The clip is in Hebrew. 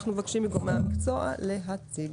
אנחנו מבקשים מגורמי המקצוע להציג.